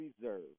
Reserve